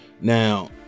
Now